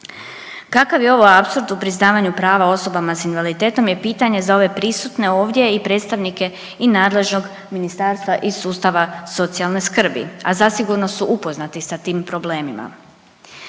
Kakav je ovo apsurd u priznavanju prava osobama s invaliditetom je pitanje za ove prisutne ovdje i predstavnike i nadležnog ministarstva iz sustava socijalne skrbi, a zasigurno su upoznati sa tim problemima.